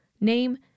name